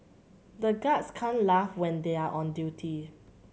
the guards can't laugh when they are on duty